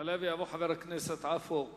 יעלה ויבוא חבר הכנסת עפו אגבאריה,